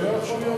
זה לא יכול להיות,